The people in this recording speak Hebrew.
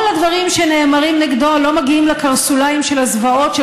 כל הדברים שנאמרים נגדו לא מגיעים לקרסוליים של הזוועות של